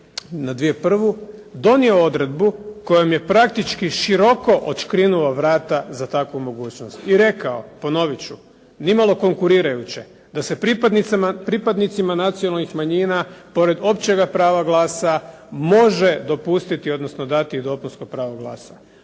na 2001. donio odredbu kojom je praktički široko odškrinuo vrata za takvu mogućnost, i rekao, ponovit ću, nimalo konkurirajuće da se pripadnicima nacionalnih manjina, pored općega prava glasa može dopustiti, odnosno dati dopunsko pravo glasa.